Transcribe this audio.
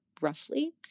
Roughly